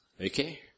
Okay